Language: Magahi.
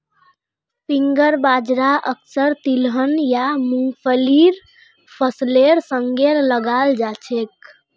फिंगर बाजरा अक्सर तिलहन या मुंगफलीर फसलेर संगे लगाल जाछेक